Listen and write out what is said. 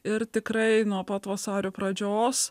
ir tikrai nuo pat vasario pradžios